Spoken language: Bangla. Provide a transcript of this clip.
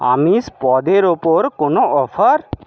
আমিষ পদের ওপর কোনও অফার